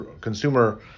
consumer